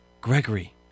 Gregory